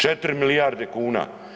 4 milijarde kuna.